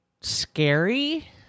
scary